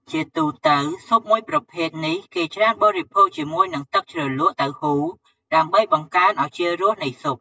ជាទូទៅស៊ុបមួយប្រភេទនេះគេច្រើនបរិភោគជាមួយនឹងទឹកជ្រលក់តៅហ៊ូដើម្បីបង្កើនឱជារសនៃស៊ុប។